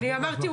אני אמרתי,